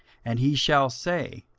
and he shall say,